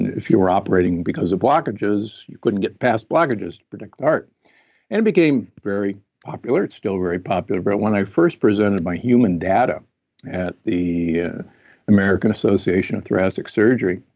if you're operating because of blockages you couldn't get past blockages to protect the heart. it and became very popular it's still very popular. but when i first presented my human data at the american association of thoracic surgery,